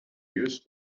used